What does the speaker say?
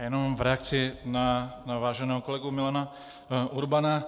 Jenom v reakci na váženého kolegu Milana Urbana.